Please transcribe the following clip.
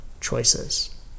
choices